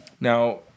Now